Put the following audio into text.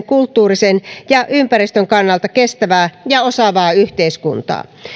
kulttuurin ja ympäristön kannalta kestävää ja osaavaa yhteiskuntaa